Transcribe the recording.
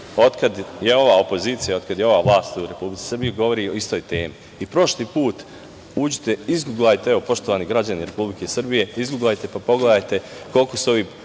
kada je ova opozicija, od kada je ova vlast u Republici Srbiji, govori o istoj temi. Prošli put, izguglajte, evo poštovani građani Republike Srbije, izguglajte, pa pogledajte koliko su ovi